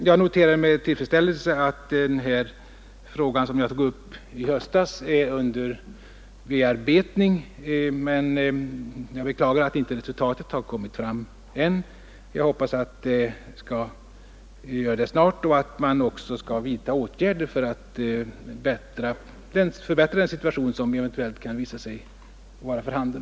Jag noterar med tillfredsställelse att den fråga om rekrytering som jag tog upp i höstas är under bearbetning, men jag beklagar att resultatet inte har kommit fram än. Jag hoppas att det skall göra det snart och att man också skall vidtaga åtgärder för att förbättra den mindre tillfredsställande situation som eventuellt kan visa sig vara för handen.